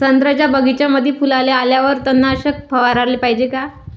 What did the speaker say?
संत्र्याच्या बगीच्यामंदी फुलाले आल्यावर तननाशक फवाराले पायजे का?